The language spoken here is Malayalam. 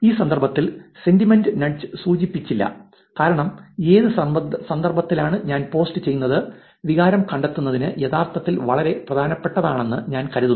ഈ സന്ദർഭത്തിൽ സെന്റിമെന്റ് നഡ്ജ് സൂചിപ്പിച്ചില്ല കാരണം ഏത് സന്ദർഭത്തിലാണ് ഞാൻ പോസ്റ്റ് ചെയ്യുന്നത് വികാരം കണ്ടെത്തുന്നതിന് യഥാർത്ഥത്തിൽ വളരെ പ്രധാനപ്പെട്ടതാണെന്ന് ഞാൻ കരുതുന്നു